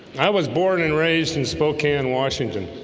i was born and raised in spokane, washington